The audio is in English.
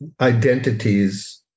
identities